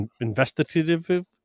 investigative